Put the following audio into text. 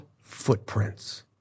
footprints